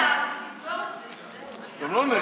תודה רבה.